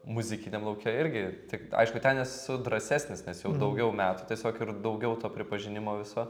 muzikiniam lauke irgi tik aišku ten esu drąsesnis nes jau daugiau metų tiesiog ir daugiau to pripažinimo viso